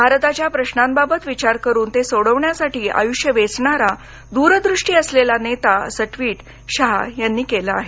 भारताच्या प्रशांबाबत विचार करून ते सोडवण्यासाठी आयुष्य वेचणारा दूरदृष्टी असलेला नेता असं ट्वीट शाह यांनी केलं आहे